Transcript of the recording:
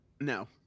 No